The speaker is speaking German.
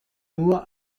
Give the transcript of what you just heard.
nur